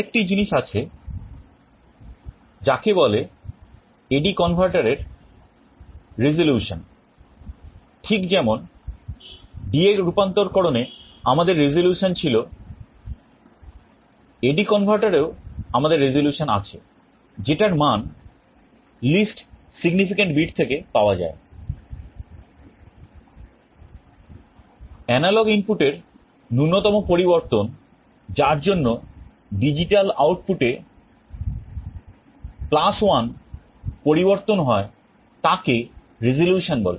আরেকটি জিনিস আছে যাকে বলে AD converterএর রেজুলেশন বলে